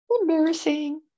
Embarrassing